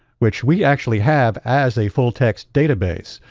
which we actually have as a full-text database,